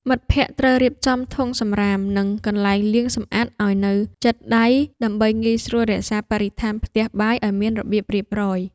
មិត្តភក្តិត្រូវរៀបចំធុងសំរាម និងកន្លែងលាងសម្អាតឱ្យនៅជិតដៃ ដើម្បីងាយស្រួលរក្សាបរិស្ថានផ្ទះបាយឱ្យមានរបៀបរៀបរយ។